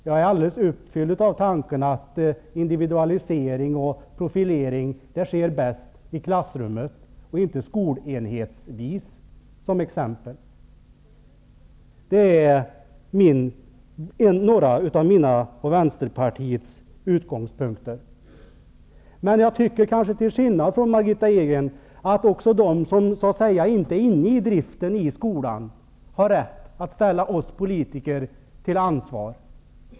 Jag är uppfylld av tanken att t.ex. individualisering och profilering sker bäst i klassrummet och inte skolenhetsvis. Det är några av mina och vänsterpartiets utgångspunkter. Till skillnad från Margitta Edgren anser jag att också de som så att säga inte är inne i skoldriften har rätt att ställa oss politiker till ansvar.